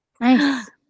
nice